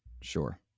Sure